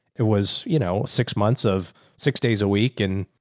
it was, you know, six months of six days a week. and.